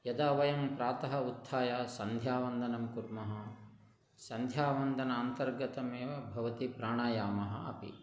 यदा वयं प्रातः उत्थाय सन्ध्यावन्दनं कुर्मः सन्ध्यावन्दनान्तर्गतः एव भवति प्राणायामः अपि